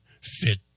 fit